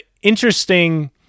interesting